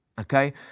okay